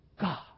God